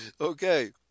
Okay